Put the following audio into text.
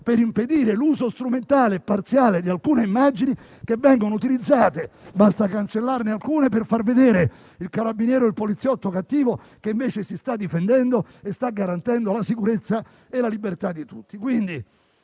per impedire l'uso strumentale e parziale di alcune immagini che vengono utilizzate - basta cancellarne alcune - per far vedere il carabiniere o il poliziotto cattivo che invece si sta difendendo e sta garantendo la sicurezza e la libertà di tutti.